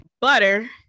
Butter